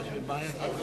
תשכח,